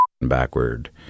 backward